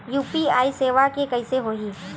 UPI सेवा के कइसे होही?